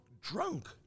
drunk